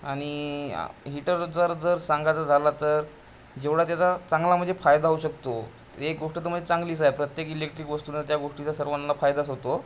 आणि आ हीटरचं जर जर सांगायचं झालं तर जेवढा त्याचा चांगला म्हणजे फायदा होऊ शकतो एक गोष्ट तर म्हणजे चांगलीच आहे प्रत्येक इलेक्ट्रिक वस्तूचा त्या गोष्टीचा सर्वांना फायदाच होतो